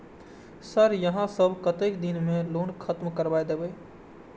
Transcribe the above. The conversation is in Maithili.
सर यहाँ सब कतेक दिन में लोन खत्म करबाए देबे?